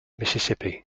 mississippi